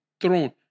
throne